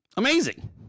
amazing